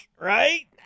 Right